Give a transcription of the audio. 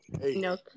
No